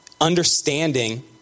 understanding